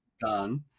done